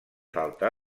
falta